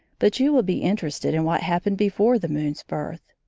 but you will be interested in what happened before the moon's birth.